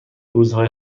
روزهای